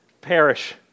Perish